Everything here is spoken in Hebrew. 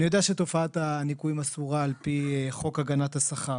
אני יודע שתופעת הניכויים אסורה על פי חוק הגנת השכר